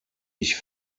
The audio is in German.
ich